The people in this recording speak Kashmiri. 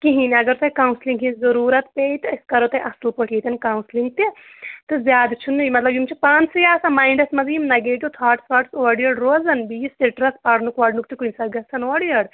کِہیٖنۍ اگر تۄہہِ کَوسِلِنٛگ ہِںٛز ضروٗرَت پے تہٕ أسۍ کَرو تۄہہِ اَصٕل پٲٹھۍ ییٚتٮ۪ن کَوسِلنٛگ تہِ تہٕ زیادٕ چھُنہٕ یہِ مطلب یِم چھِ پانہٕ سٕے آسان مایِنٛڈَس منٛز یِم نَگیٹِو تھاٹٕس واٹٕس اورٕ یورٕ روزان بیٚیہِ سٕٹرٛس پَرنُک وَرنُک تہِ کُنہِ ساتہٕ گژھان اورٕ یورٕ